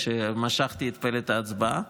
כשמשכתי את פלט ההצבעה.